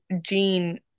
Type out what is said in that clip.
Gene